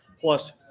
plus